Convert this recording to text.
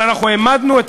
אבל אנחנו העמדנו,